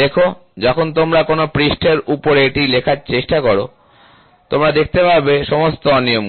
লেখো যখন তোমরা কোনও পৃষ্ঠের উপরে এটি লেখার চেষ্টা করো তোমরা দেখতে পাবে সমস্ত অনিয়মগুলি